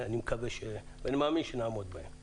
ואני מאמין שנעמוד בהן.